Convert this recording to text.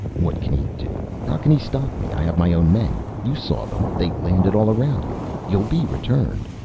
what can he do? how can he stop me? i have my own men. you saw them. they landed all around you. you'll be returned.